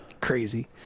crazy